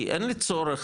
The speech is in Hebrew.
כי אין לי צורך,